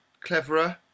cleverer